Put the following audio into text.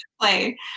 play